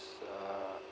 uh